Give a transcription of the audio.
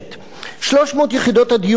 300 יחידות הדיור בבית-אל,